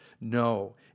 No